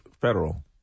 federal